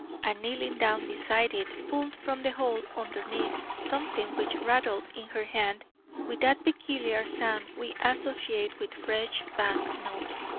and kneeling down beside it pulled from the hole underneath something which rattled in her hand with that peculiar sound we associate with fresh bank-notes.